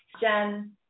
Jen